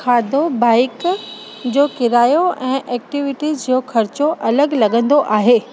खाधो बाइक जो किरायो ऐं एक्टिविटीज़ जो ख़र्चो अलॻि लॻंदो आहे